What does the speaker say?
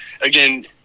again